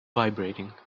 vibrating